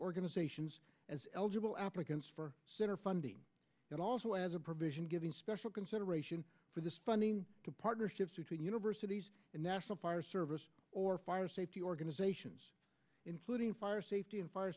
organizations as eligible applicants for center funding and also as a provision giving special consideration for this funding to partnerships between universities and national fire service or fire safety organizations including fire safety and fire